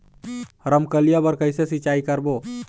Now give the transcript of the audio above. रमकलिया बर कइसे सिचाई करबो?